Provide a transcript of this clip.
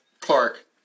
Clark